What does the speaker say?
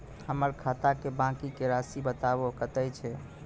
हमर खाता के बाँकी के रासि बताबो कतेय छै?